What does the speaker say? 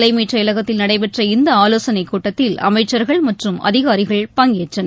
தலைமை செயலகத்தில் நடைபெற்ற இந்த ஆலோசனைக் கூட்டத்தில் அமைச்சர்கள் மற்றும் அதிகாரிகள் பங்கேற்றனர்